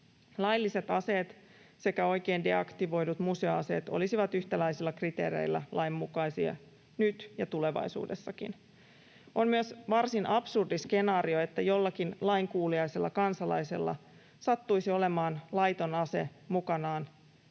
Lailliset aseet sekä oikein deaktivoidut museoaseet olisivat yhtäläisillä kriteereillä lainmukaisia nyt ja tulevaisuudessakin. On myös varsin absurdi skenaario, että jollakin lainkuuliaisella kansalaisella sattuisi olemaan laiton ase vahingossa